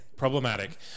Problematic